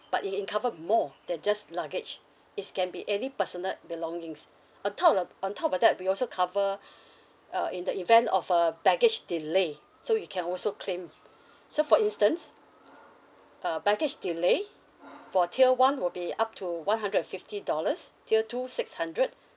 but it can cover more than just luggage is can be any personal belongings on top of on top of that we also cover uh in the event of uh baggage delay so you can also claim so for instance uh baggage delay for tier one will be up to one hundred and fifty dollars tier two six hundred